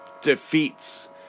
defeats